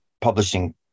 publishing